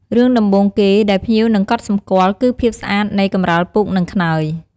រឿងដំបូងគេដែលភ្ញៀវនឹងកត់សម្គាល់ គឺភាពស្អាតនៃកម្រាលពូក និងខ្នើយ។